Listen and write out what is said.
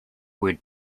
would